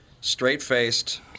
straight-faced